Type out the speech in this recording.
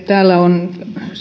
täällä on